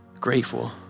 grateful